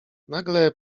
nagle